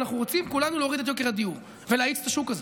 אנחנו רוצים כולנו להוריד את יוקר הדיור ולהאיץ את השוק הזה.